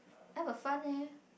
never fun leh